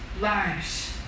lives